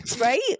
right